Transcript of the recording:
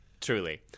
Truly